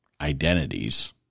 identities